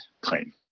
claim